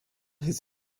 his